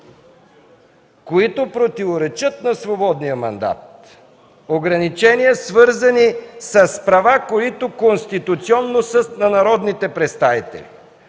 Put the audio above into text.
които противоречат на свободния мандат – ограничения, свързани с права, които конституционно са на народните представители.